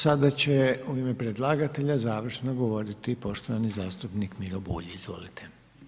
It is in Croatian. Sada će u ime predlagatelja završno govoriti poštovani zastupnik Miro Bulj, izvolite.